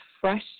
fresh